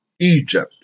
Egypt